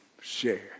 share